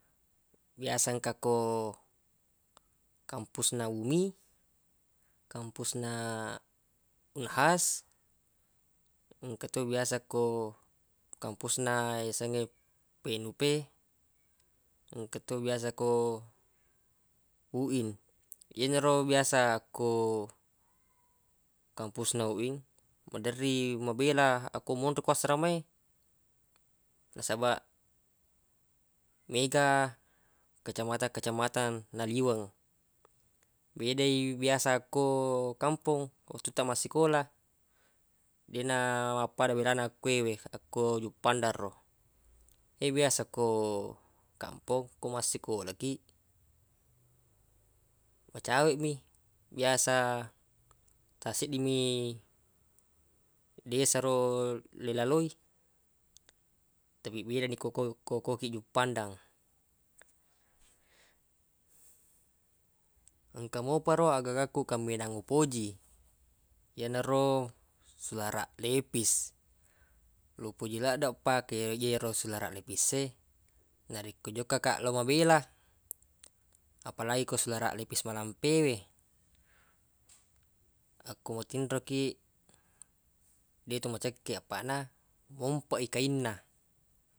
Biasa engka ko kampus na umi kampus na unhas engka to biasa ko kampus na yasengnge PNUP engka to biasa ko uin yero biasa ko kampus na uin maderri mabela akko monro ko assarama e nasabaq mega kecamatang-kecamatang naliweng bedai biasa ko kampong wettuttaq massikola deq na mappada bela akkewe akko juppandang ro ye biasa ko kampong ko massikola kiq macaweq mi biasa taq seddi mi desa ro le laloi tapi beda ni ko ko kiq juppandang engka mompa ro agagakku kaminang upoji yana ro sularaq lepis lo upoji laddeq pake re je ro sularaq lepis e narekko jokka kaq lo mabela apalagi ko sularaq lepis malampe we akko matinro kiq deq to macekkeq apaq na mompeq i kainna.